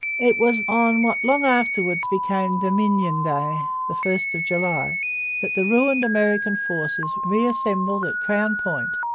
it was on what long afterwards became dominion day the first of july that the ruined american forces reassembled at crown point,